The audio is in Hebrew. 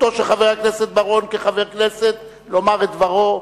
זכותו של חבר הכנסת בר-און כחבר הכנסת לומר את דברו.